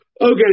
Okay